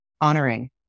honoring